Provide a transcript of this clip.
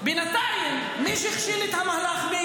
בינתיים, מי הכשיל את המהלך?